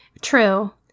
true